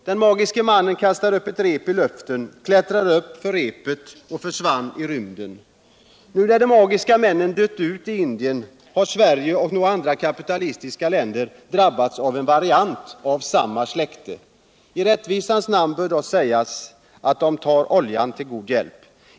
Den magiske mannen kastade upp ett rep i iuften, klättrade upp på repet och försvann i rymden. Nu när de magiska männen dött ut i Indien har Sverige och några andra kapitalistiska länder drabbats av en variant av samma släkte. I rättvisans namn bör dock sägas att de tar god hjälp av oljan.